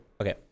Okay